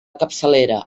capçalera